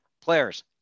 players